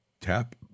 tap